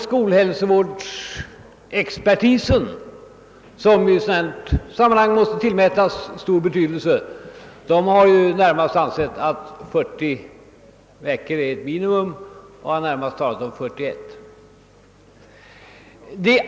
Skolhälsovårdsexpertisen — som i sådana här stycken naturligtvis måste tillmätas stor betydelse — har alltså närmast ansett att 40 veckor är ett minimum och har egentligen velat ha 41 veckor.